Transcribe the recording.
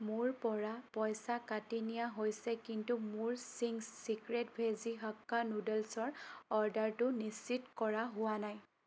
মোৰ পৰা পইচা কাটি নিয়া হৈছে কিন্তু মোৰ চিংছ ছিক্ৰেট ভেজি হাক্কা নুডলছৰ অৰ্ডাৰটো নিশ্চিত কৰা হোৱা নাই